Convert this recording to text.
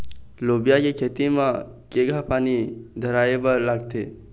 लोबिया के खेती म केघा पानी धराएबर लागथे?